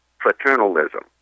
paternalism